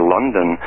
London